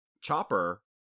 Chopper